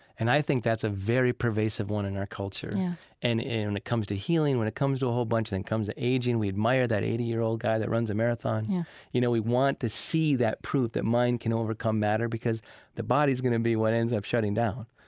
and i think that's a very pervasive one in our culture yeah and when it comes to healing, when it comes to a whole bunch, when comes the aging, we admire that eighty year old guy that runs a marathon yeah you know, we want to see that proof that mind can overcome matter because the body is going to be what ends up shutting down.